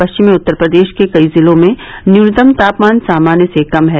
पश्चिमी उत्तर प्रदेश के कई जिलों में न्यूनतम तापमान सामान्य से कम है